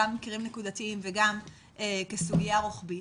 גם מקרים נקודתיים וגם כסוגיה רוחבית,